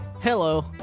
Hello